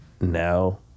now